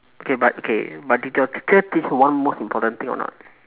okay but okay but did your teacher teach one most important thing or not